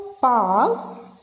pass